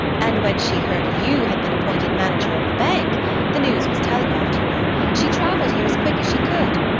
and when she heard you had been appointed manager of the bank the news was telegraphed, you know she travelled here as quick as she could.